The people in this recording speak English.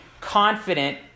confident